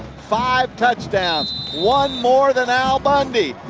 five touchdowns. one more than al bundy.